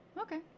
okay